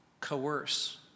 coerce